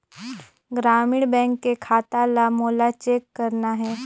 ग्रामीण बैंक के खाता ला मोला चेक करना हे?